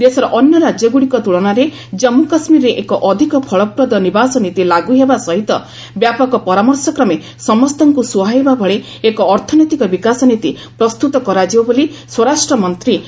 ଦେଶର ଅନ୍ୟ ରାଜ୍ୟଗୁଡ଼ିକ ତୁଳନାରେ ଜନ୍ମୁ କାଶ୍କୀରରେ ଏକ ଅଧିକ ଫଳପ୍ରଦ ନିବାସ ନୀତି ଲାଗ୍ର ହେବା ସହିତ ବ୍ୟାପକ ପରାମର୍ଶକ୍ରମେ ସମସ୍ତଙ୍କୁ ସୁହାଇବା ଭଳି ଏକ ଅର୍ଥନୈତିକ ବିକାଶ ନୀତି ପ୍ରସ୍ତୁତ କରାଯିବ ବୋଲି ସ୍ୱରାଷ୍ଟ୍ର ମନ୍ତ୍ରୀ ପ୍ରତିନିଧି ଦଳକୁ ଭରସା ଦେଇଛନ୍ତି